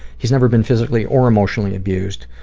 he's never been physically or emotionally abused.